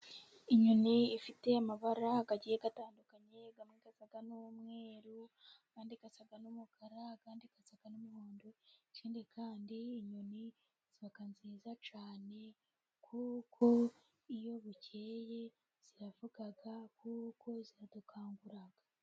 Inyoni ifite amabara agiye atandukanye, amwe asa n'umweru, ayandi asa n'umukara, ayandi asa n'umuhondo. Ikindi kandi inyoni ziba nziza cyane kuko iyo bukeye ziravuga, kuko ziradukangura.